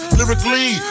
lyrically